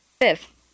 Fifth